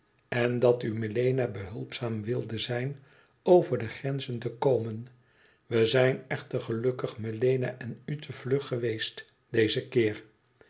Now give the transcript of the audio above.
en dat u melena behulpzaam wilde zijn over de grenzen te komen we zijn echter gelukkig melena en u te vlug geweest dezen keer